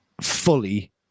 fully